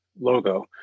logo